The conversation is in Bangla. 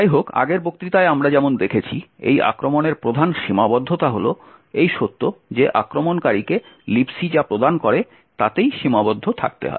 যাইহোক আগের বক্তৃতায় আমরা যেমন দেখেছি এই আক্রমণের প্রধান সীমাবদ্ধতা হল এই সত্য যে আক্রমণকারীকে Libc যা প্রদান করে তাতেই সীমাবদ্ধ থাকতে হয়